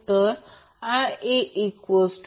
तर IaVanZY121